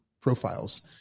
profiles